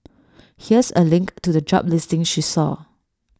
here's A link to the job listing she saw